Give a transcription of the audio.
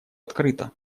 открыто